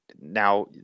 Now